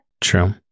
True